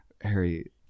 Harry